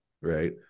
right